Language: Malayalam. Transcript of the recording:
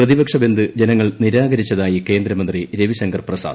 പ്രതിപക്ഷ ബന്ദ് ജനങ്ങൾ നിരാകരിച്ചതായി കേന്ദ്രമന്ത്രി രവിശങ്കർ പ്ര്യസാദ്